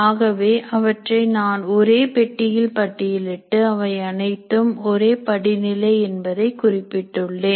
ஆகவே அவற்றை நான் ஒரே பெட்டியில் பட்டியலிட்டு அவை அனைத்தும் ஒரே படிநிலை என்பதை குறிப்பிட்டுள்ளேன்